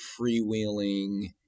freewheeling